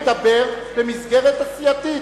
אדוני מדבר במסגרת הסיעתית.